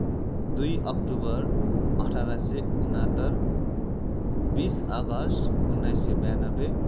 दुई अक्टोबर अठार सय उन्हत्तर बिस अगस्त उन्नाइस सय ब्यानब्बे